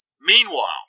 Meanwhile